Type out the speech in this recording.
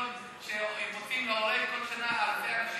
שלטון שבו מוציאים להורג כל שנה אלפי אנשים?